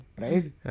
right